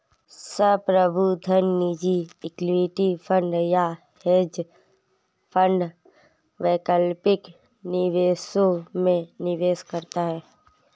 संप्रभु धन निजी इक्विटी फंड या हेज फंड वैकल्पिक निवेशों में निवेश करता है